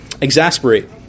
Exasperate